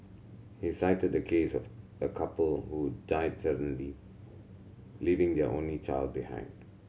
he cited a case of a couple who died suddenly leaving their only child behind